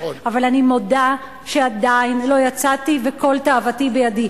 אבל אני מודה שעדיין לא יצאתי וכל תאוותי בידי.